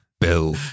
Bill